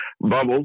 Bubbles